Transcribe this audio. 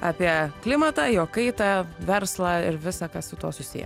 apie klimatą jo kaitą verslą ir visa kas su tuo susiję